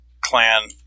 clan